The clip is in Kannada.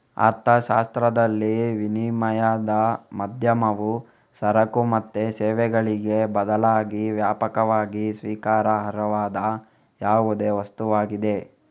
ಅರ್ಥಶಾಸ್ತ್ರದಲ್ಲಿ, ವಿನಿಮಯದ ಮಾಧ್ಯಮವು ಸರಕು ಮತ್ತು ಸೇವೆಗಳಿಗೆ ಬದಲಾಗಿ ವ್ಯಾಪಕವಾಗಿ ಸ್ವೀಕಾರಾರ್ಹವಾದ ಯಾವುದೇ ವಸ್ತುವಾಗಿದೆ